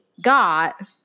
got